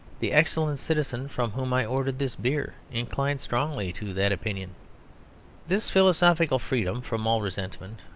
the excellent citizen from whom i ordered this beer inclines strongly to that opinion this philosophical freedom from all resentment,